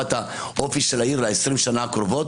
את האופי של העיר ל-20 השנים הקרובות,